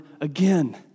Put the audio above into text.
again